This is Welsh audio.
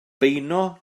beuno